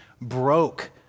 broke